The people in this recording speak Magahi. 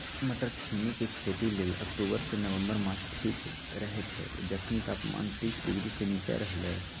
मट्टरछिमि के खेती लेल अक्टूबर से नवंबर मास ठीक रहैछइ जखनी तापमान तीस डिग्री से नीचा रहलइ